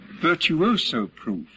virtuoso-proof